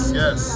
yes